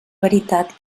veritat